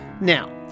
Now